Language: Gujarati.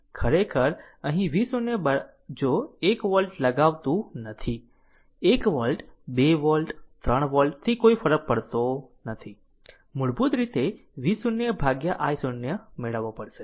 ખરેખર અહીં V0 જો 1 વોલ્ટ લગાવતું નથી 1 વોલ્ટ 2 વોલ્ટ 3 વોલ્ટ થી કોઈ ફરક નથી પડતો મૂળભૂત રીતે V0 ભાગ્યા i0 મેળવવો પડશે